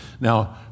Now